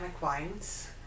wines